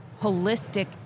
holistic